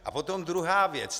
A potom druhá věc.